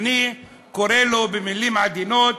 אני קורא לו במילים עדינות,